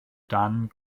dan